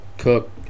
Cook